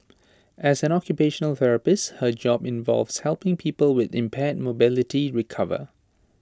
as an occupational therapist her job involves helping people with impaired mobility recover